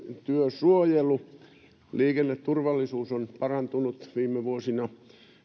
työsuojelu ja liikenneturvallisuus on parantunut viime vuosina